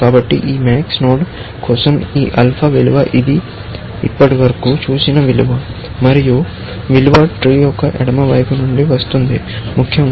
కాబట్టి ఈ max node కోసం ఈ ఆల్ఫా విలువ ఇది ఇప్పటివరకు చూసిన విలువ మరియు విలువ ట్రీ యొక్క ఎడమ వైపు నుండి వస్తుంది ముఖ్యంగా